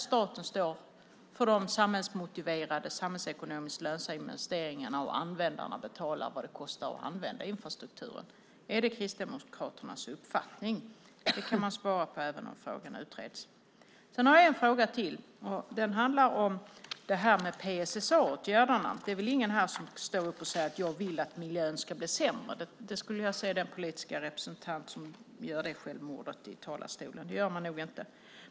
Staten står då för de samhällsmotiverade och samhällsekonomiskt lönsamma investeringarna, och användarna betalar vad det kostar att använda infrastrukturen. Är det Kristdemokraternas uppfattning? Det kan man svara på även om frågan utreds. Jag har en fråga till. Den handlar om PSSA-åtgärderna. Det är väl ingen här som står och säger: Jag vill att miljön ska bli sämre! Jag skulle vilja se den politiska representant som begick det självmordet i talarstolen. Det gör man nog inte.